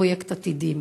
פרויקט "עתידים"?